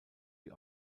die